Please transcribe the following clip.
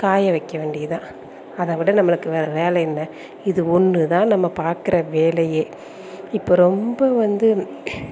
காய வைக்க வேண்டியதான் அதை விட நம்மளுக்கு வேற வேலை என்ன இது ஒன்று தான் நம்ம பார்க்குற வேலையே இப்போ ரொம்ப வந்து